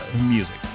music